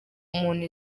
umuntu